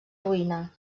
ruïna